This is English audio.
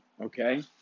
okay